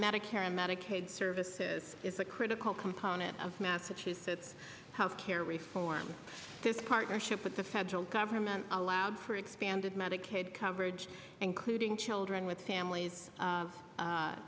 medicare and medicaid services is a critical component of massachusetts health care reform this partnership with the federal government allowed for expanded medicaid coverage including children with famil